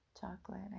chocolate